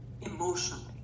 emotionally